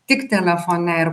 tik telefone ir